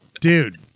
Dude